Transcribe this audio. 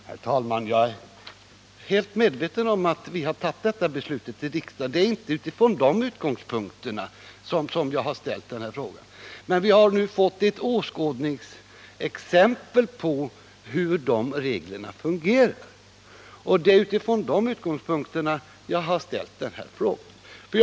Herr talman! Jag är helt medveten om att vi har tagit detta beslut i riksdagen, och det är inte det jag har syftat på. Men vi har nu fått ett åskådningsexempel på hur reglerna fungerar, och det är från den utgångspunkten jag har ställt den här frågan.